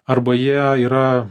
arba jie yra